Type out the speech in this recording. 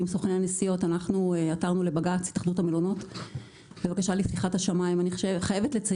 התאחדות המלונות יחד עם סוכני הנסיעות עתרנו לבג"ץ בבקשה לפתיחת השמיים.